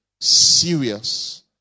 serious